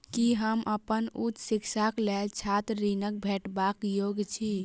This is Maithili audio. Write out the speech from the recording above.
की हम अप्पन उच्च शिक्षाक लेल छात्र ऋणक भेटबाक योग्य छी?